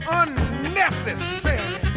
unnecessary